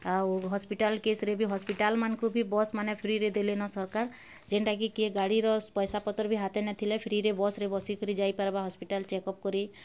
ଆଉ ହସ୍ପିଟାଲ୍ କେସ୍ରେ ବି ହସ୍ପିଟାଲ୍ ମାନକୁ ବି ବସ୍ ମାନେ ଫ୍ରୀରେ ଦେଲେନ ସରକାର୍ ଯେନ୍ଟାକି କିଏ ଗାଡ଼ିର ପଇସା ପତର୍ ବି ହାଥେ ନେଇଥିଲେ ଫ୍ରୀରେ ବସ୍ରେ ବସିକରି ଯାଇ ପାର୍ବା ହସ୍ପିଟାଲ୍ ଚେକ୍ଅପ୍ କରି